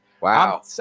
Wow